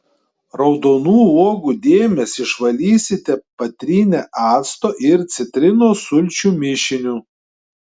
raudonų uogų dėmes išvalysite patrynę acto ir citrinos sulčių mišiniu